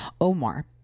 Omar